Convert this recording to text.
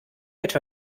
etwa